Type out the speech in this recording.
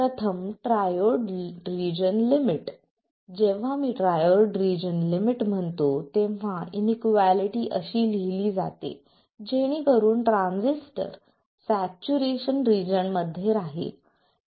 प्रथम triode region limit जेव्हा मी ट्रायोड रिजन लिमिट म्हणतो तेव्हा ही इनीक्वालिटी अशी लिहिली जाते जेणेकरून ट्रान्झिस्टर सॅच्युरेशन रिजन मध्ये राहील